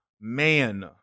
man